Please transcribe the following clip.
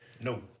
No